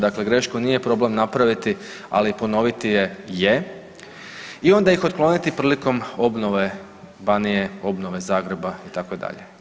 Dakle, grešku nije problem napraviti, ali ponoviti je je i onda ih otkloniti prilikom obnove Banije, obnove Zagreba itd.